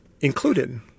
included